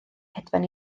hedfan